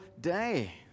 day